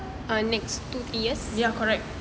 ya correct